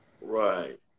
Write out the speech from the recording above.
Right